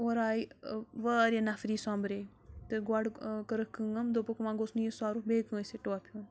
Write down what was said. اورٕ آے واریاہ نفری سۄمبرے تہٕ گۄڈٕ کٔرٕکھ کٲم دوٚپُکھ وَنۍ گوٚژھ نہٕ یہِ سورُپھ بیٚیہِ کٲنٛسہِ ٹۄپھ ہیوان